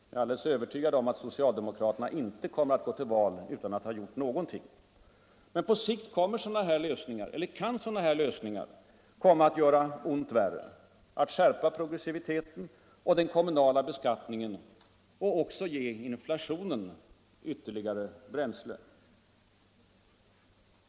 Jag är alldeles övertygad om att socialdemokraterna inte kommer att gå till val utan att ha gjort någonting. Men på sikt kan sådana lösningar göra ont värre, skärpa progressiviteten och den kommunala beskattningen samt ge inflationen ytterligare bränsle.